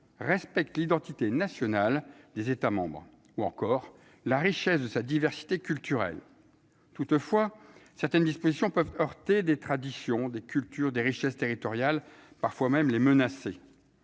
respecte l'identité nationale des États ou encore la richesse de sa diversité culturelle toutefois certaines dispositions peuvent heurter des traditions, des cultures, des richesses territoriale, parfois même les menacer,